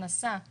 את